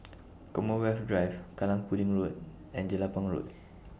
Commonwealth Drive Kallang Pudding Road and Jelapang Road